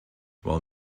while